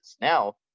Now